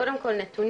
קודם כל נתונים,